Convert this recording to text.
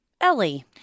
Ellie